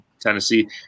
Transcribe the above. Tennessee